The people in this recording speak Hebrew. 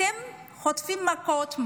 אתם חוטפים מכות,